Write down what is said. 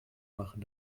machen